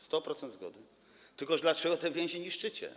100% zgody, tylko dlaczego te więzi niszczycie?